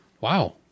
Wow